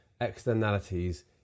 externalities